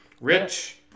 Rich